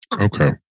Okay